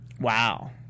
Wow